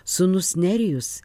sūnus nerijus